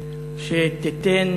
שתיתן